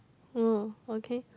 oh okay